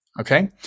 okay